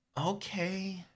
Okay